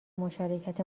مشارکت